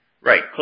right